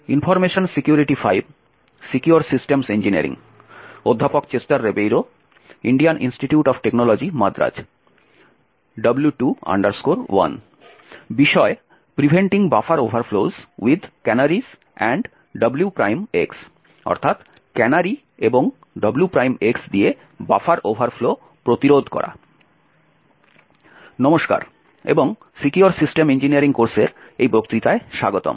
নমস্কার এবং secure system engineering কোর্সের এই বক্তৃতায় স্বাগতম